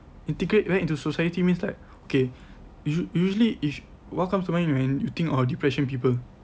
integrate back into society means like okay if us~ usually if what comes to mind when you think of depression people